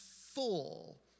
full